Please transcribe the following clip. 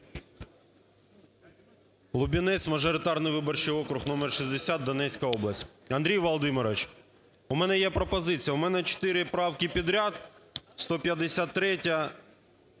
Лубінець, мажоритарний виборчий округ номер 60, Донецька область. Андрій Володимирович, у мене є пропозиція, у мене чотири правки підряд: 153-я...